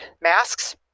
masks